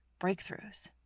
breakthroughs